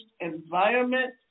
environment